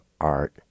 art